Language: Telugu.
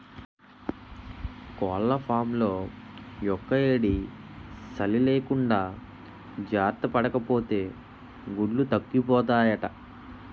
కోళ్లఫాంలో యెక్కుయేడీ, సలీ లేకుండా జార్తపడాపోతే గుడ్లు తగ్గిపోతాయట